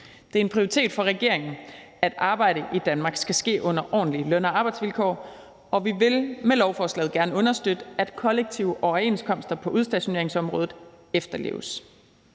Det er en prioritet for regeringen, at arbejdet i Danmark skal ske under ordentlige løn- og arbejdsvilkår, og vi vil med lovforslaget gerne understøtte, at kollektive overenskomster på udstationeringsområdet efterleves.